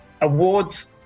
Awards